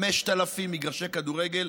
5,000 מגרשי כדורגל.